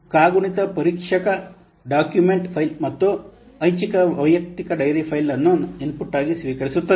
ಕಾಗುಣಿತ ಪರೀಕ್ಷಕವು document file ಮತ್ತು ಮತ್ತು ಐಚ್ಛಿಕ ವೈಯಕ್ತಿಕ ಡೈರೆಕ್ಟರಿ ಫೈಲ್ ಅನ್ನು ಇನ್ಪುಟ್ ಆಗಿ ಸ್ವೀಕರಿಸುತ್ತದೆ